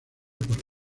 por